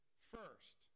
first